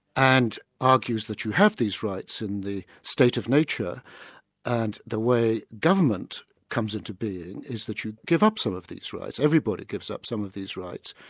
and argues that you have these rights in the state of nature and the way government comes into being is that you give up some of these rights. everybody gives up some of these rights,